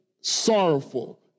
sorrowful